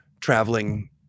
traveling